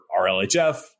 RLHF